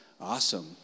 awesome